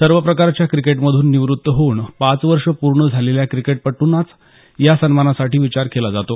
सर्व प्रकारच्या क्रिकेटमधून निवृत्त होऊन पाच वर्ष पूर्ण झालेल्या क्रिकेटपटूचाच या या सन्मानासाठी विचार केला जातो